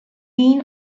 dean